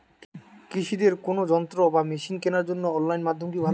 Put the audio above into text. কৃষিদের কোন যন্ত্র বা মেশিন কেনার জন্য অনলাইন মাধ্যম কি ভালো?